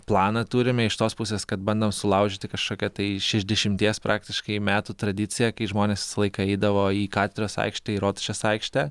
planą turime iš tos pusės kad bandom sulaužyti kažkokią tai šešiasdešimties praktiškai metų tradiciją kai žmonės visą laiką eidavo į katedros aikštę į rotušės aikštę